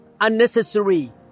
unnecessary